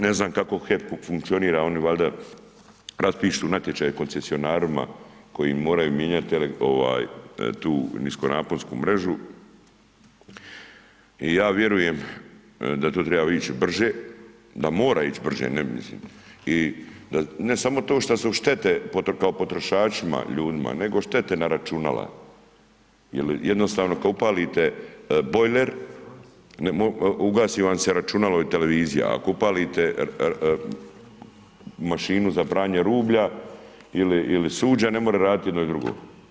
Ne znam kako HEP-u funkcionira, oni valjda raspišu natječaj koncesionarima koji moraju mijenjati tu niskonaponsku mrežu i ja vjerujem da tu treba ići brže, da mora ići brže, ne mislim, ne samo to što su štete kao potrošačima ljudima, nego štete na računala ili jednostavno kad upalit bojler, ugasi vam se računalo i televizija, ako upalite mašinu za pranje rublja ili suđa, ne može raditi jedno i drugo.